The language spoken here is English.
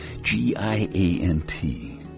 g-i-a-n-t